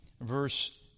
verse